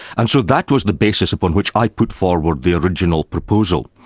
and so that was the basis upon which i put forward the original proposal,